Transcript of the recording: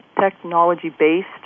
technology-based